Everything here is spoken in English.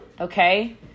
Okay